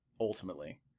ultimately